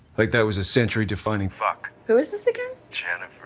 like that was a century defining fuck who is this again channel.